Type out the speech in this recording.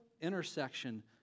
intersection